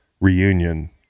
reunion